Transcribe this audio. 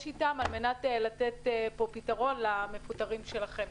אתם כדי לתת פה פתרון למפוטרים שלכם.